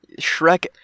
Shrek